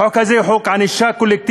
החוק הזה הוא חוק ענישה קולקטיבית,